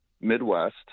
Midwest